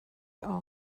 all